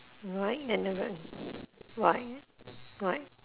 right ignorant right right